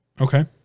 Okay